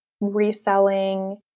reselling